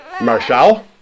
Marshall